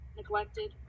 neglected